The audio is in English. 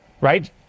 right